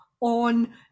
On